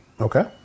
Okay